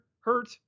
hurt